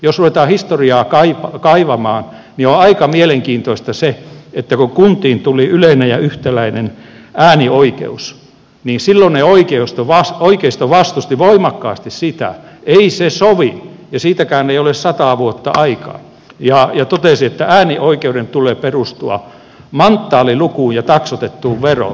jos ruvetaan historiaa kaivamaan niin on aika mielenkiintoista se että kun kuntiin tuli yleinen ja yhtäläinen äänioikeus niin silloinen oikeisto vastusti voimakkaasti sitä että ei se sovi ja siitäkään ei ole sataa vuotta aikaa ja totesi että äänioikeuden tulee perustua manttaalilukuun ja taksoitettuun veroon